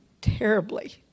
terribly